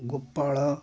Gopal